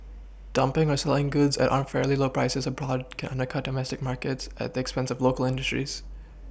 dumPing or selling goods at unfairly low prices abroad can undercut domestic markets at the expense of local industries